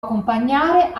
accompagnare